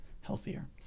healthier